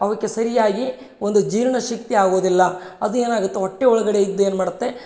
ಅವಕ್ಕೆ ಸರಿಯಾಗಿ ಒಂದು ಜೀರ್ಣಶಕ್ತಿ ಆಗೋದಿಲ್ಲ ಅದು ಏನಾಗತ್ತೆ ಹೊಟ್ಟೆಯೊಳಗಡೆ ಇದ್ದು ಏನು ಮಾಡತ್ತೆ